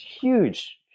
huge